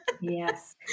yes